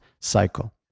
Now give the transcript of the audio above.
cycle